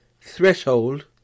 threshold